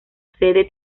sede